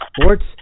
Sports